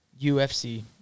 UFC